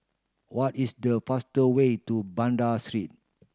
what is the faster way to Banda Street